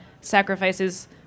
sacrifices